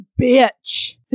bitch